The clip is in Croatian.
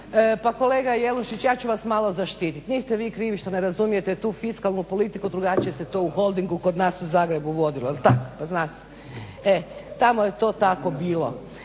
Pa kolega Jelušić ja ću vas malo zaštititi. Niste vi krivi što ne razumijete tu fiskalnu politiku, drugačije se to u Holdingu kod nas u Zagrebu vodilo jel tak? Tamo je to tako bilo.